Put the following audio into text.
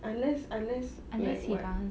unless unless like what